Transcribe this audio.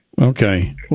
Okay